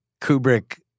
Kubrick